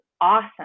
awesome